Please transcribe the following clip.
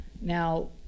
Now